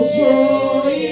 joy